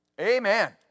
Amen